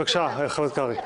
בבקשה, חבר הכנסת קרעי.